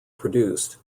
produced